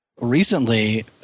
Recently